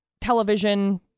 television